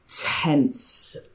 tense